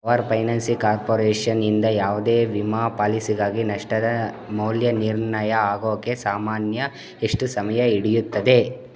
power finance ಕಾರ್ಪೊರೇಷನಿಂದ ಯಾವುದೇ ವಿಮಾ ಪಾಲಿಸಿಗಾಗಿ ನಷ್ಟದ ಮೌಲ್ಯ ನಿರ್ಣಯ ಆಗೋಕ್ಕೆ ಸಾಮಾನ್ಯ ಎಷ್ಟು ಸಮಯ ಹಿಡಿಯುತ್ತದೆ